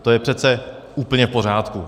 To je přece úplně v pořádku.